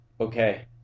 okay